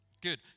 Good